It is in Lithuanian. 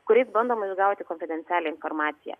kuriais bandoma išgauti konfidencialią informaciją